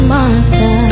Martha